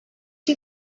two